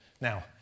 Now